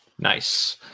Nice